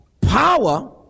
Power